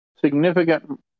significant